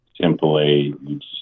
simply